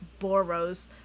Boros